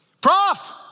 Prof